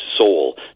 soul